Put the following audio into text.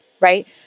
Right